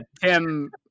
Tim